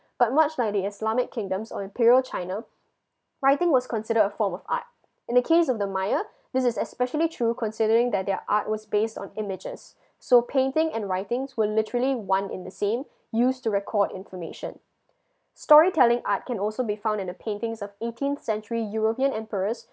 but much like the islamic kingdoms or imperial china writing was considered a form of art in the case of the maya this is especially true considering that their art was based on images so painting and writings were literally one in the same used to record information story telling art can also be found in the paintings of eighteenth century european emperors